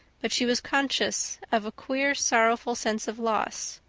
but she was conscious of a queer sorrowful sense of loss.